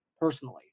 personally